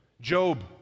Job